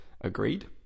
agreed